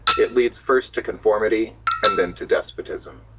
it leads first to conformity and then to despotism.